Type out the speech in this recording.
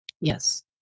yes